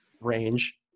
range